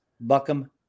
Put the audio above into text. Buckham